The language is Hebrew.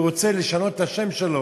שהוא רוצה לשנות את השם שלו.